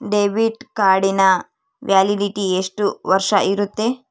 Debit ಕಾರ್ಡಿನ validity ಎಷ್ಟು ವರ್ಷ ಇರುತ್ತೆ?